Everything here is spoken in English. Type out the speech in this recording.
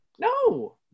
No